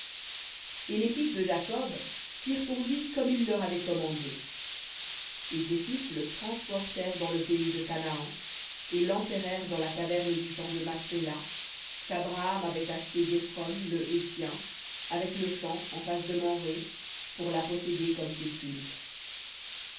et les fils de jacob firent pour lui comme il leur avait commandé et ses fils le transportèrent dans le pays de canaan et l'enterrèrent dans la caverne du champ de macpéla qu'abraham avait achetée d'éphron le héthien avec le champ en face de mamré pour la posséder comme